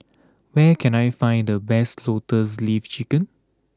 where can I find the best Lotus Leaf Chicken